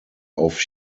auf